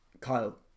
Kyle